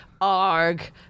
arg